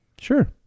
Sure